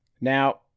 Now